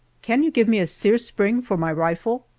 can you give me a sear spring for my rifle?